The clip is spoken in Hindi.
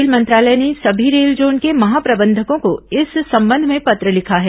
रेल मंत्रालय ने सभी रेल जोन के महाप्रबंधकों को इस संबंध में पत्र लिखा है